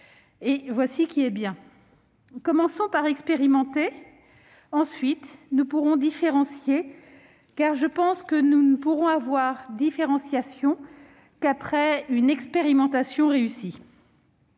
3D. Voilà qui est bien. Commençons par expérimenter. Nous pourrons ensuite différencier. Je pense que nous ne pourrons avoir une différenciation qu'après une expérimentation réussie.